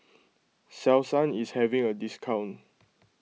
Selsun is having a discount